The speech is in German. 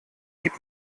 gib